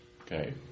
okay